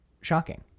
shocking